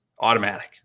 automatic